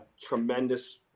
tremendous